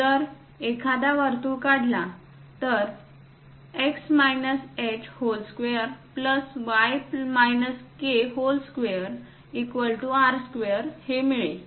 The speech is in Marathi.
जर एखादा वर्तुळ काढला तर x h2y k2r2 हे मिळेल